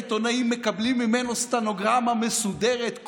העיתונאים מקבלים ממנו סטנוגרמה מסודרת,